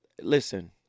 listen